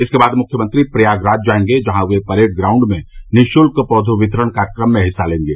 इसके बाद मुख्यमंत्री प्रयागराज जायेंगे जहां वे परेड ग्राउन्ड निशुल्क पौध वितरण कार्यक्रम में हिस्सा लेंगे